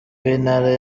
w’intara